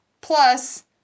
Plus